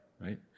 right